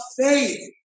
faith